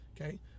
okay